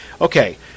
okay